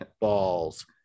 balls